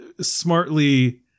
smartly